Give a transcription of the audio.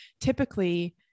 typically